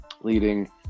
leading